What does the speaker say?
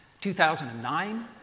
2009